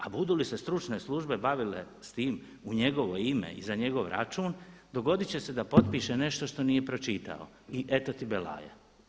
A budu li se stručne službe bavile sa time u njegovo ime i za njegov račun, dogoditi će se da potpiše nešto što nije pročitao i eto ti belaja.